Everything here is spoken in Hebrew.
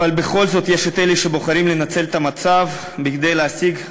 אבל בכל זאת יש את אלה שבוחרים לנצל את המצב כדי להשיג,